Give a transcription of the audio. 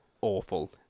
awful